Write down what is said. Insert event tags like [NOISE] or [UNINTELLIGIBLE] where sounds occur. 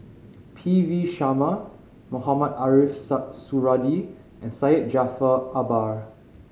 P V Sharma Mohamed Ariff [UNINTELLIGIBLE] Suradi and Syed Jaafar Albar